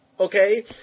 Okay